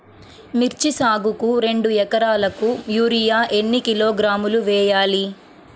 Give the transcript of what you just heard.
మిర్చి సాగుకు రెండు ఏకరాలకు యూరియా ఏన్ని కిలోగ్రాములు వేయాలి?